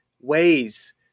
ways